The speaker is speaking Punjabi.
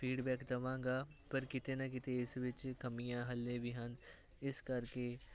ਫੀਡਬੈਕ ਦਵਾਂਗਾ ਪਰ ਕਿਤੇ ਨਾ ਕਿਤੇ ਇਸ ਵਿੱਚ ਕਮੀਆਂ ਹਾਲੇ ਵੀ ਹਨ ਇਸ ਕਰਕੇ